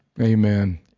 Amen